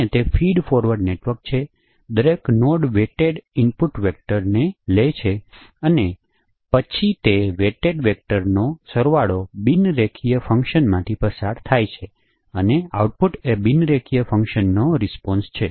અને તે feed forward network છે દરેક નોડ વેટેડ ઇનપુટ વેક્ટર્સને લે છે અને પછી તે વેટેડ વેક્ટર્સનો સરવાળો બિન રેખીય ફંકશન માથી પસાર થાય છે અને આઉટપુટ એ બિન રેખીય ફંકશન નો રીસપોનસ છે